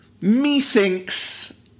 Methinks